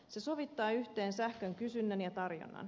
se sovittaa yhteen sähkön kysynnän ja tarjonnan